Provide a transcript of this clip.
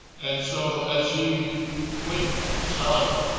and so as he went south,